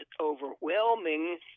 overwhelming